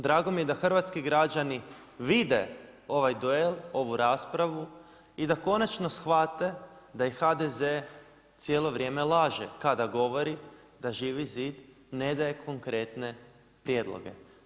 Drago mi je da hrvatski građani vide ovaj duel, ovu raspravu i da konačno shvate da HDZ cijelo vrijeme laže kada govori da Živi zid ne daje konkretne prijedloge.